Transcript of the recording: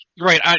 Right